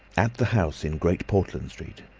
at the house in great portland street